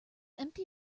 empty